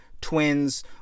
twins